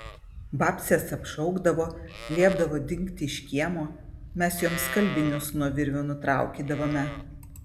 babcės apšaukdavo liepdavo dingti iš kiemo mes joms skalbinius nuo virvių nutraukydavome